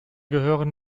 gehören